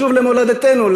לשוב למולדתנו,